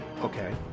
okay